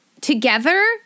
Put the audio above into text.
together